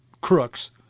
crooks